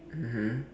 mmhmm